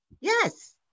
Yes